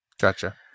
Gotcha